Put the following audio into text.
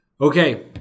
okay